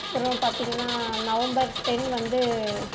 அப்புறம் பார்த்திங்கனா November ten வந்து